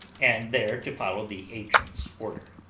and there to follow the agent's order.